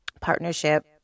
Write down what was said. partnership